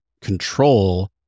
control